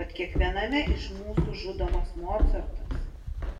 kad kiekviename iš mūsų žudomas mocartas